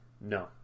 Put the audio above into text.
no